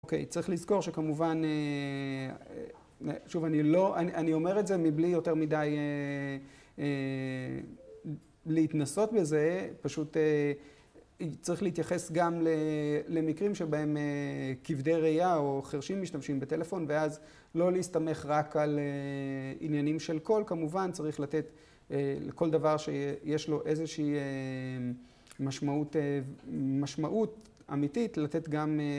אוקיי, צריך לזכור שכמובן, שוב, אני לא, אני אומר את זה מבלי יותר מדי להתנסות בזה, פשוט צריך להתייחס גם למקרים שבהם כבדי ראייה או חרשים משתמשים בטלפון, ואז לא להסתמך רק על עניינים של קול, כמובן, צריך לתת לכל דבר שיש לו איזושהי משמעות, משמעות אמיתית, לתת גם..